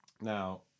Now